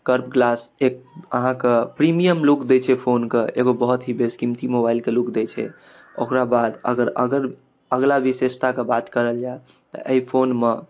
curve glass एक अहाँके premium look दै छै फोनके एगो बहुत ही बेशकीमती मोबाइलके लुक दै छै ओकराबाद अगर अगर अगिला विशेषताके बात करल जाए तऽ एहि फोनमे